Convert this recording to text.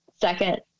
second